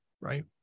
Right